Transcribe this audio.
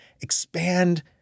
expand